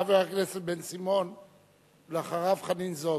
חבר הכנסת בן-סימון, ואחריו, חנין זועבי.